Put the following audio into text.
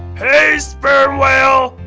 hey sperm whale!